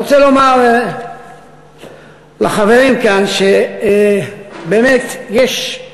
אני רוצה לומר לחברים כאן שבאמת יש,